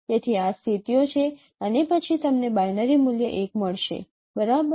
તેથી આ સ્થિતિઓ છે અને પછી તમને બાઇનરી મૂલ્ય 1 મળશે બરાબર